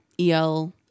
EL